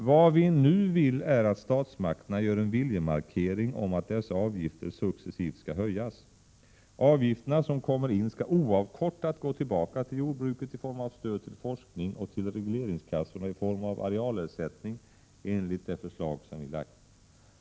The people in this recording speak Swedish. Vad vi nu vill är att statsmakterna gör en viljemarkering om att dessa avgifter successivt skall höjas. Avgifterna som kommer in skall enligt vårt förslag oavkortat gå tillbaka till jordbruket i form av stöd till forskning och arealersättning till regleringskassorna.